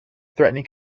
threatening